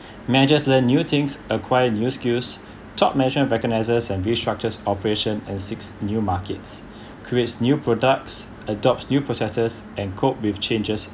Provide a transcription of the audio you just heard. measures learn new things acquire new skills top management of recognisers and restructures operation and six new markets creates new products adopts new processes and cope with changes